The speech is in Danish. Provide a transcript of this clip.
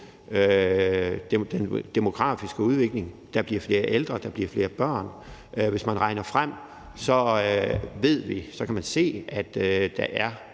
den demografiske udvikling. Der bliver flere ældre, der bliver flere børn. Hvis man regner frem, ved vi og kan man se, at der er